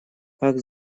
как